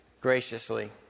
graciously